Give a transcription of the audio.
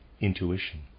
intuition